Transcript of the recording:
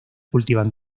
cultivan